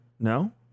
No